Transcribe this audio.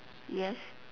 yes